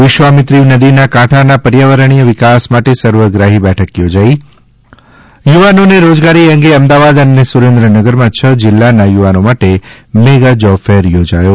વિશ્વામિત્રી નદીના કાંઠાના પર્યાવણીય વિકાસ માટે સર્વગ્રાહી બેઠક યોજાઈ યુવાનોને રોજગારી અંગે અમદાવાદ અને સુરેન્દ્રનગરમાં છ જિલ્લાના યુવાનો માટે મેગા જોબ ફેર યોજાયો